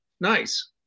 nice